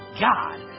God